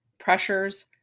pressures